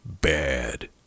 bad